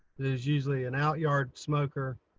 there's usually an out yard smoker.